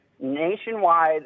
nationwide